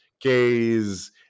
gays